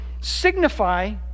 signify